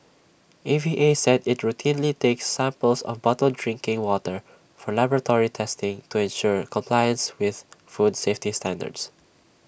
A V A said IT routinely takes samples of bottled drinking water for laboratory testing to ensure compliance with food safety standards